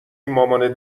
مامانت